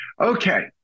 Okay